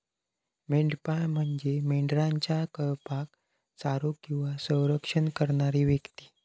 मेंढपाळ म्हणजे मेंढरांच्या कळपाक चारो किंवा रक्षण करणारी व्यक्ती